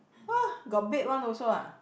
!wah! got baked one also ah